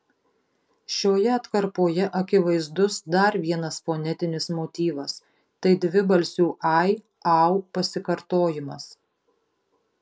šioje atkarpoje akivaizdus dar vienas fonetinis motyvas tai dvibalsių ai au pasikartojimas